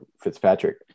Fitzpatrick